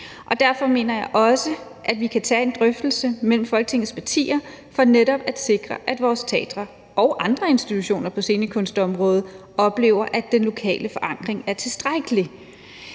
Derfor mener jeg også, at vi kan tage en drøftelse mellem Folketingets partier for netop at sikre, at vores teatre og andre institutioner på scenekunstområdet oplever, at den lokale forankring er tilstrækkelig.